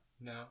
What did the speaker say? No